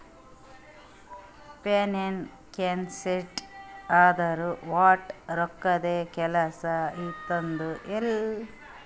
finance concept ಅಂದುರ್ ವಟ್ ರೊಕ್ಕದ್ದೇ ಕೆಲ್ಸಾ ಇರ್ತುದ್ ಎಲ್ಲಾ